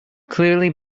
clearly